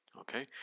okay